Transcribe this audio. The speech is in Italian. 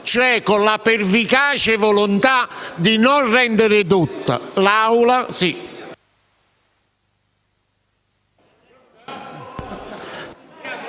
cioè con la pervicace volontà di non rendere edotta l'Aula...